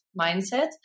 mindset